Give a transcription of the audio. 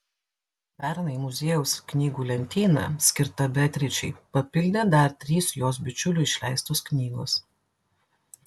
pernai muziejaus knygų lentyną skirtą beatričei papildė dar trys jos bičiulių išleistos knygos